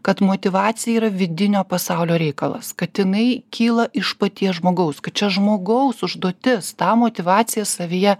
kad motyvacija yra vidinio pasaulio reikalas kad jinai kyla iš paties žmogaus kad čia žmogaus užduotis tą motyvaciją savyje